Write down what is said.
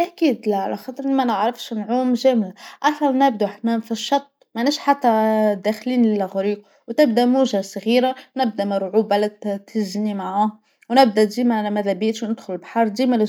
أحكيت لا على خاطر ما نعرفش نعوم جملة، أصلا نبدو أحنا في الشط ماناش حتى داخلين في الغريق وتبدا الموجة الصغيرة نبدا مرعوبة لت-لتهزنى معاها ونبدا ديما ماذا بيش ندخل للبحر، ديما